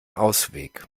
ausweg